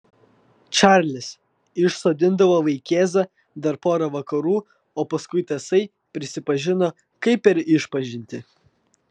čarlis išsodindavo vaikėzą dar pora vakarų o paskui tasai prisipažino kaip per išpažintį